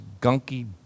gunky